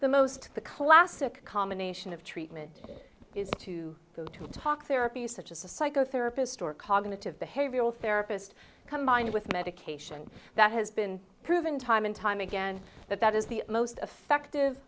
the most the classic combination of treatment is to go to talk therapy you such as a psycho therapist or cognitive behavioral therapist combined with medication that has been proven time and time again that that is the most effective